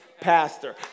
Pastor